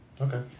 Okay